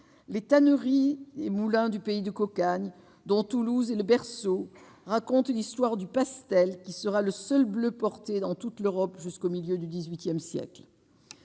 les tanneries et moulins du Pays de cocagne dont Toulouse, le berceau, raconte l'histoire du pastel qui sera le seul bleu portés dans toute l'Europe, jusqu'au milieu du XVIIIe siècle,